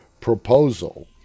proposal